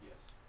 yes